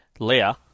Leia